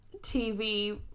TV